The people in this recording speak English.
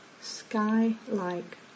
sky-like